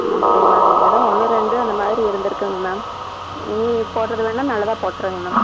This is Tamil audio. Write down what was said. அப்படிங்ளா எதாவது ஒன்று ரெண்டு அந்தமாதிரி இருந்துருகுங்க மேம் இனி போடறது வேணா நல்லதாக போட்றங்க மேம்